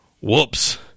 whoops